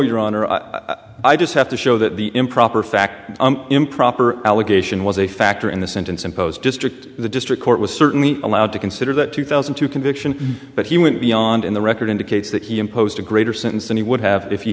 honor i just have to show that the improper fact improper allegation was a factor in the sentence imposed district the district court was certainly allowed to consider that two thousand two conviction but he went beyond in the record indicates that he imposed a greater sentence than he would have if